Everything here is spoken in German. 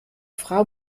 frau